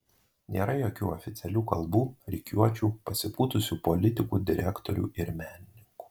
nėra jokių oficialių kalbų rikiuočių pasipūtusių politikų direktorių ir menininkų